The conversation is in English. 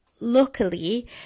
Luckily